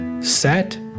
set